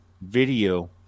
video